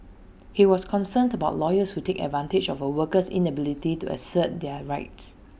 he was concerned about lawyers who take advantage of A worker's inability to assert their rights